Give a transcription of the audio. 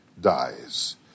dies